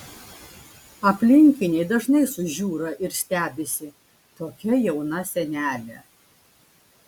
aplinkiniai dažnai sužiūra ir stebisi tokia jauna senelė